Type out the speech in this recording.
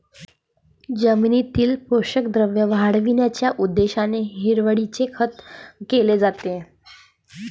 जमिनीतील पोषक द्रव्ये वाढविण्याच्या उद्देशाने हिरवळीचे खत केले जाते